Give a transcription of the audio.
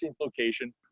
location